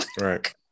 Right